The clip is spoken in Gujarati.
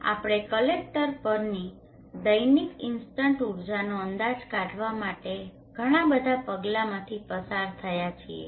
આપણે કલેક્ટર પરની દૈનિક ઇન્સ્ટન્ટ ઊર્જાનો અંદાજ કાઢવા માટે ઘણા બધા પગલાઓમાંથી પસાર થયા છીએ